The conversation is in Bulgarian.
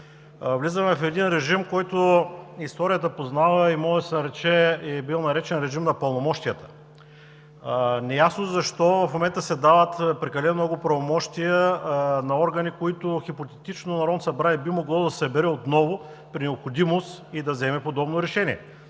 влизаме в един режим, който историята познава, и е бил наречен „режим на пълномощията“. Неясно защо в момента се дават прекалено много правомощия на органи, които хипотетично Народното събрание би могло да събере отново при необходимост и да вземе подобно решение?!